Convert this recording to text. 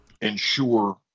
ensure